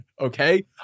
okay